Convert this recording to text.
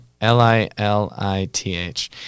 L-I-L-I-T-H